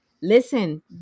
listen